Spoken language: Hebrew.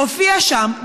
הופיעה שם,